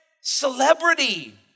celebrity